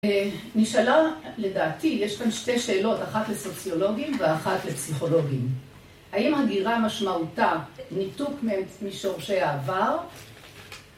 ‫נשאלה, לדעתי, יש כאן שתי שאלות, ‫אחת לסוציולוגים ואחת לפסיכולוגים. ‫האם הגירה משמעותה ‫ניתוק משורשי העבר?